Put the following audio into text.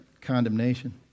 condemnation